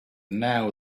now